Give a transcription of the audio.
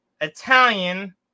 Italian